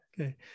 Okay